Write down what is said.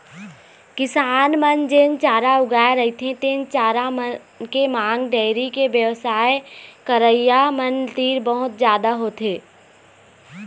किसान मन जेन चारा उगाए रहिथे तेन चारा मन के मांग डेयरी के बेवसाय करइया मन तीर बहुत जादा होथे